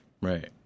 Right